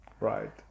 Right